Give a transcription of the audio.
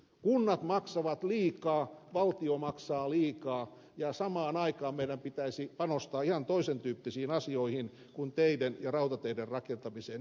kunnat maksavat liikaa valtio maksaa liikaa ja samaan aikaan meidän pitäisi panostaa ihan toisen tyyppisiin asioihin kuin teiden ja rautateiden rakentamiseen ylihintaan